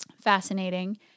fascinating